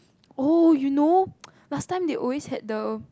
oh you know last time they always had the